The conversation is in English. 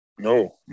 No